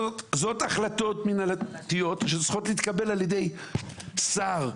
אלה החלטות מינהלתיות שצריכות להתקבל על ידי שר.